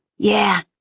yeah,